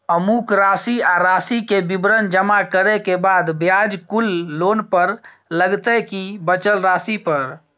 अमुक राशि आ राशि के विवरण जमा करै के बाद ब्याज कुल लोन पर लगतै की बचल राशि पर?